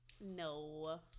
No